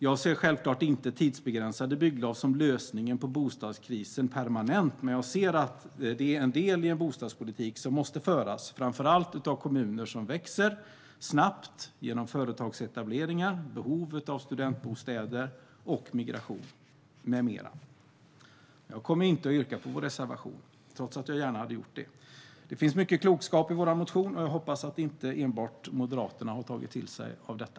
Jag ser självklart inte tidsbegränsade bygglov som lösningen på bostadskrisen permanent, men jag ser det som en del i en bostadspolitik som måste föras, framför allt i kommuner som växer snabbt genom företagsetableringar, behovet av studentbostäder, migration med mera. Jag kommer inte att yrka bifall till vår reservation, trots att jag gärna hade gjort det. Det finns mycket klokskap i vår motion, och jag hoppas att inte enbart Moderaterna har tagit till sig denna.